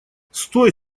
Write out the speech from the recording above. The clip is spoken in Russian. стой